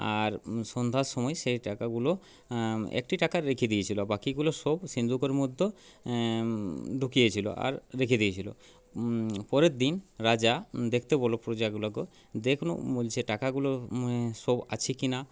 আর সন্ধ্যার সময়ে সেই টাকাগুলো একটি টাকা রেখে দিয়েছিল বাকিগুলো সব সিন্ধুকের মধ্যে ঢুকিয়েছিল আর রেখে দিয়েছিল পরের দিন রাজা দেখতে বলল প্রজাগুলোকে দেখনো বলছে টাকাগুলো সব আছে কিনা